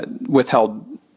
withheld